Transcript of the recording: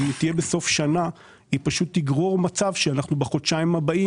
אם היא תהיה בסוף השנה היא פשוט תגרור מצב שבחודשיים הבאים